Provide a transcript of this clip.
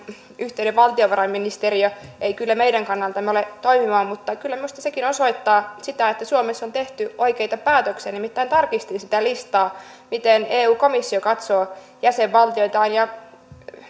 yhteinen valtiovarainministeriö ei kyllä meidän kannaltamme ole toimiva mutta kyllä minusta sekin osoittaa sitä että suomessa on tehty oikeita päätöksiä nimittäin tarkistin siitä listasta miten eu komissio katsoo jäsenvaltioitaan kun komissio